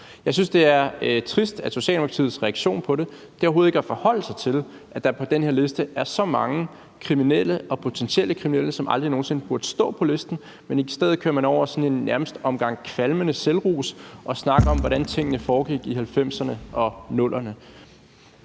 Jeg synes, det er trist, at Socialdemokratiets reaktion på det er overhovedet ikke er at forholde sig til, at der på den her liste er så mange kriminelle og potentielle kriminelle, som aldrig nogen sinde burde have stået på listen. Men i stedet kører man over i sådan en omgang nærmest kvalmende selvros og snakker om, hvordan tingene foregik i 90'erne og 00'erne.